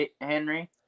henry